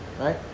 right